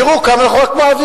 שיראו רק כמה אנחנו מעבירים.